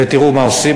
ותראו מה עושים,